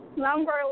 Number